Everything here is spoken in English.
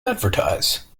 advertise